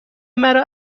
مرا